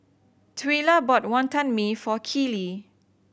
Twyla bought Wantan Mee for Keeley